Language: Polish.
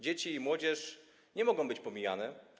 Dzieci i młodzież nie mogą być pomijane.